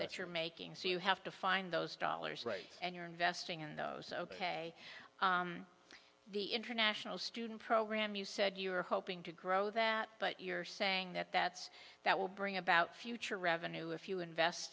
that you're making so you have to find those dollars late and you're investing in those ok the international student program you said you were hoping to grow that but you're saying that that's that will bring about future revenue if you invest